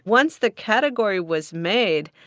once the category was made,